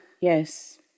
Yes